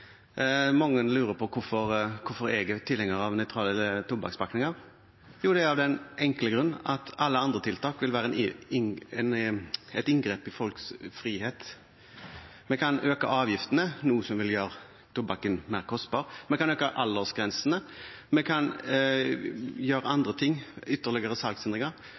Mange lurer på hvorfor jeg er tilhenger av nøytrale tobakkspakninger. Det er av den enkle grunn at alle andre tiltak vil være et inngrep i folks frihet. Vi kan øke avgiftene, noe som vil gjøre tobakken mer kostbar. Vi kan øke aldersgrensene. Vi kan gjøre andre ting, ytterligere